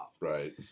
Right